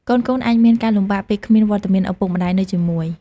កូនៗអាចមានការលំបាកពេលគ្មានវត្តមានឪពុកម្ដាយនៅជាមួយ។